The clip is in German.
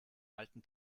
alten